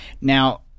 Now